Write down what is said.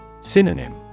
Synonym